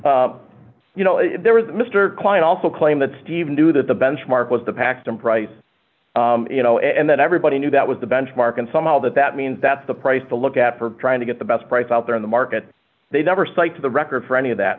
k you know there was mr klein also claim that steve knew that the benchmark was the paxton price you know and that everybody knew that was the benchmark and somehow that that means that's the price to look at for trying to get the best price out there in the market they never cite to the record for any of that